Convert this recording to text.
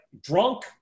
drunk